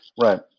Right